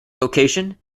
location